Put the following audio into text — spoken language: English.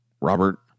robert